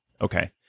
Okay